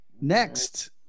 Next